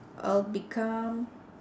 I'll become